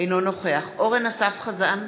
אינו נוכח אורן אסף חזן,